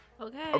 Okay